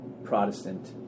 Protestant